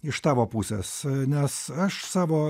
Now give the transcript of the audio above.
iš tavo pusės nes aš savo